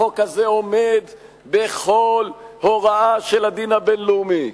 החוק הזה עומד בכל הוראה של הדין הבין-לאומי.